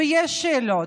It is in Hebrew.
ויש שאלות,